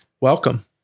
welcome